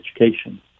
education